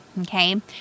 Okay